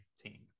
team